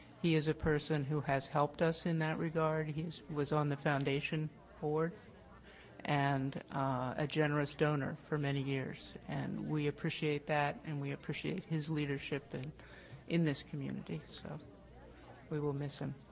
he is a person who has helped us in that regard. he was on the foundation board and a generous donor for many years and we appreciate that and we appreciate his leadership in in this community. so we will miss him.